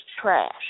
trash